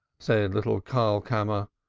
said little karlkammer,